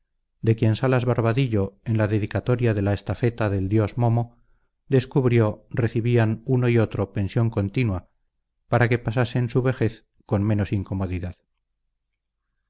de quien salas barbadillo en la dedicatoria de la estafeta del dios momo descubrió recibían uno y otro pensión continua para que pasasen su vejez con menos incomodidad